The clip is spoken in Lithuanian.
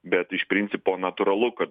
bet iš principo natūralu kad